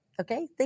Okay